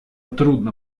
трудно